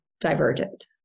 divergent